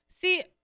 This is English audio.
See –